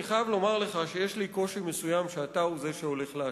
אני חייב לומר לך שיש לי קושי מסוים עם זה שאתה הוא זה שהולך להשיב,